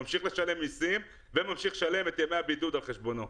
ממשיך לשלם מיסים וממשיך לשלם את ימי הבידוד על חשבונו?